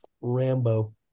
Rambo